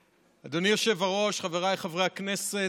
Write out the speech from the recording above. היושב-ראש, חבריי חברי הכנסת,